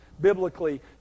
biblically